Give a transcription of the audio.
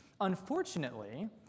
Unfortunately